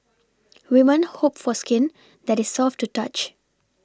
women hope for skin that is soft to touch